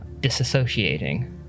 disassociating